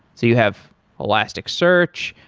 so you have elasticsearch,